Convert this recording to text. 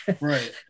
Right